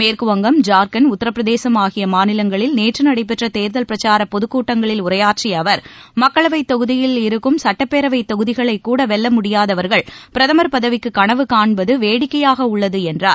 மேற்குவங்கம் ஜார்க்கண்ட் உத்தரபிரதேசம் ஆகிய மாநிலங்களில் நேற்று நடைபெற்ற தேர்தல் பிரச்சார பொதுக்கூட்டங்களில் உரையாற்றிய அவர் மக்களவைத் தொகுதியில் இருக்கும் சட்டப்பேரவை தொகுதிகளைக்கூட வெல்ல முடியாதவர்கள் பிரதமர் பதவிக்கு கனவு காண்பது வேடிக்கையாக உள்ளது என்றார்